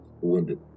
wounded